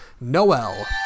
Noel